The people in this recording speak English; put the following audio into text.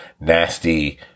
nasty